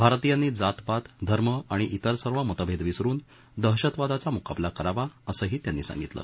भारतीयांनी जात पात धर्म आणि तिर सर्व मतभेद विसरून दहशतवादाचा मुकाबला करावा असंही त्यांनी सांगितलं